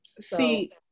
see